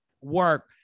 work